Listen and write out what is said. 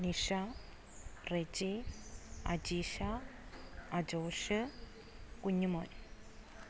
Nisha Reji Ajeesha Ajosh Kunjumon